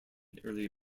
early